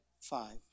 Five